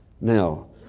Now